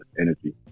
energy